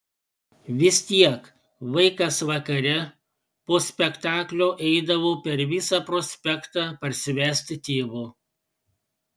vis tiek vaikas vakare po spektaklio eidavau per visą prospektą parsivesti tėvo